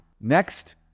Next